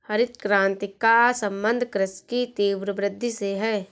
हरित क्रान्ति का सम्बन्ध कृषि की तीव्र वृद्धि से है